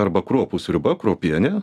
arba kruopų sriuba kruopienė